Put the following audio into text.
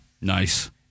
Nice